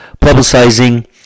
publicizing